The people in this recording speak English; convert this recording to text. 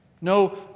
no